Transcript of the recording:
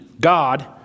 God